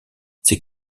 ces